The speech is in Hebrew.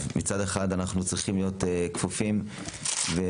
מצד אחד אנחנו צריכים להיות כפופים ומגודרים